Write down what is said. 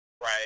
right